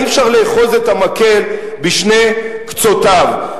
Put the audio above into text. אי-אפשר לאחוז את המקל בשני קצותיו.